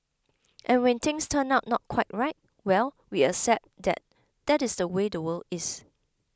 and when things turn out not quite right well we accept that that is the way the world is